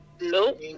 Nope